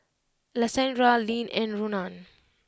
Alessandra Lyn and Ronan